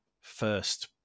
first